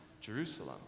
Jerusalem